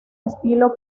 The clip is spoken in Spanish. estilo